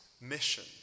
mission